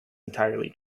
entirely